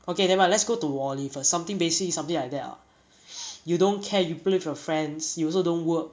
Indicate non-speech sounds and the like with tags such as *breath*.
okay never mind let's go to wall E first something basic something like that ah *breath* you don't care you play with your friends you also don't work